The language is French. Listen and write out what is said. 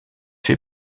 fait